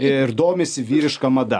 ir domisi vyriška mada